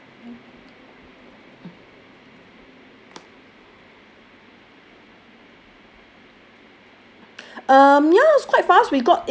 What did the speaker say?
ya um ya